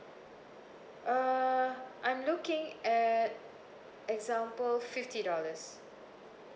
uh I'm looking at example fifty dollars